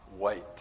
wait